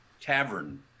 tavern